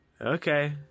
Okay